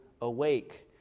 awake